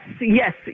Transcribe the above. yes